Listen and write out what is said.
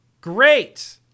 Great